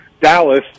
Dallas